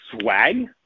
swag